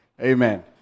Amen